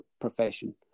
profession